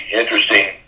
interesting